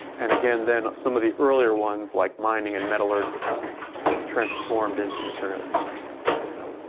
and again, then, some of the earlier ones, like mining and metallurgy, is transformed into material science and stuff. so